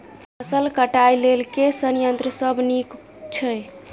फसल कटाई लेल केँ संयंत्र सब नीक छै?